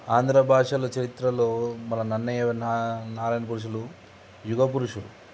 ఆంధ్ర భాషల చరిత్రలో మన నన్నయ్య నారాయణ పురుషులు యుగ పురుషులు